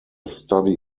study